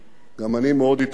גם אני מאוד התרגשתי